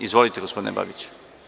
Izvolite, gospodine Babiću.